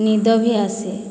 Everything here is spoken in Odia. ନିଦ ବି ଆସେ